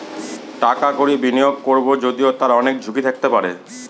টাকা কড়ি বিনিয়োগ করবো যদিও তার অনেক ঝুঁকি থাকতে পারে